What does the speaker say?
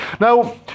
Now